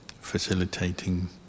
facilitating